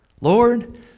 Lord